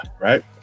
Right